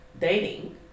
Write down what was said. dating